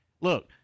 look